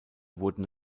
wurden